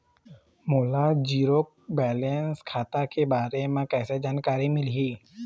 मोला zero balance खाता के बारे म कैसे जानकारी मिलही?